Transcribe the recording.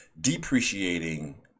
depreciating